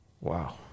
Wow